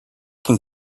can